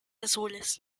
azules